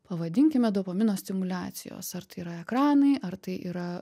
pavadinkime dopamino stimuliacijos ar tai yra ekranai ar tai yra